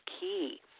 key